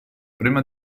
prima